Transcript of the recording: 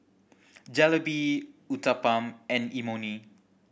Jalebi Uthapam and Imoni